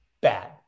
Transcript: bad